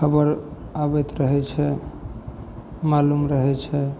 खबर आबैत रहै छै मालुम रहै छै